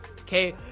okay